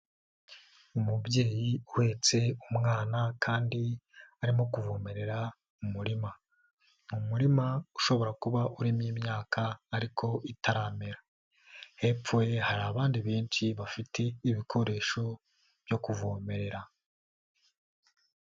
Umubyeyi uhetse umwana kandi arimo kuvomerera umurima ni umurima ushobora kuba urimo imyaka ariko itaramera, hepfo ye hari abandi benshi bafite ibikoresho byo kuvomerera.